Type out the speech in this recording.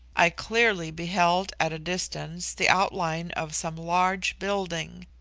i clearly beheld at a distance the outline of some large building.